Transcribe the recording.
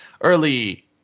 early